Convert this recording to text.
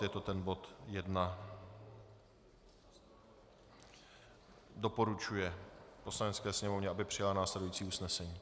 Je to ten bod 1 doporučuje Poslanecké sněmovně, aby přijala následující usnesení.